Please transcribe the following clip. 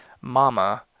mama